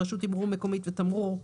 רשות תמרור מקומית ותמרור,